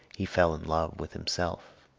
he fell in love with himself.